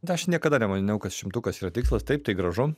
aš niekada nemaniau kad šimtukas yra tikslas taip tai gražu